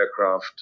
aircraft